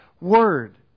Word